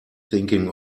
thinking